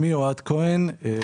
המפעל,